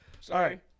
Sorry